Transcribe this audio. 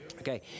Okay